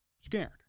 scared